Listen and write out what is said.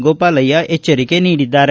ಗೋಪಾಲಯ್ಯ ಎಚ್ಚರಿಕೆ ನೀಡಿದ್ದಾರೆ